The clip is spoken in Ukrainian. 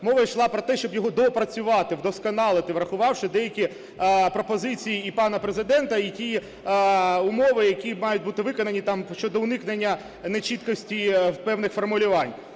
мова йшла про те, щоб його доопрацювати, вдосконалити, врахувавши деякі пропозиції і пана Президента і ті умови, які мають бути виконані щодо уникнення не чіткості певних формулювань.